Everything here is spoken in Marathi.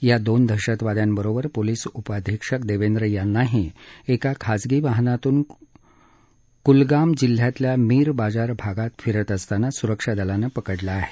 या दोन दहशतवाद्यांबरोबर पोलिस उपअधिक्षक देवेंद्र यांनाही एका खाजगी वाहनातून कुलगाम जिल्ह्यातल्या मीर बाजार भागात फिरत असताना सुरक्षा दलानं पकडलं आहे